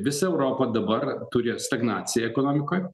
visa europa dabar turi stagnaciją ekonomikoj